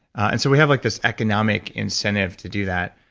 and so we have like this economic incentive to do that.